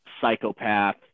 psychopath